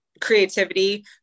creativity